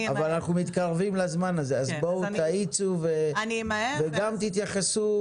אנחנו מתקרבים לזמן הזה, אז תאיצו וגם תתייחסו